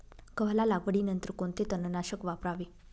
गव्हाच्या लागवडीनंतर कोणते तणनाशक वापरावे?